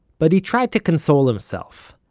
but he tried to console himself.